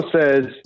says